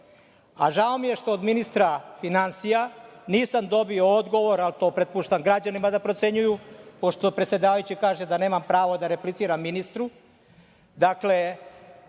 mi je što od ministra finansija nisam dobio odgovor, ali to prepuštam građanima da ocenjuju, pošto predsedavajući kaže da nemam pravo da repliciram ministru.